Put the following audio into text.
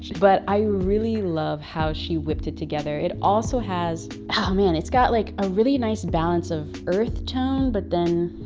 but i really love how she whipped it together. it also has, oh man, it's got like a really nice balance of earth tone, but then